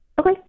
Okay